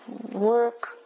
work